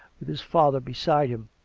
with his father be side him,